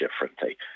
differently